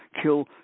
kill